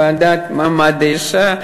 ועדת מעמד האישה.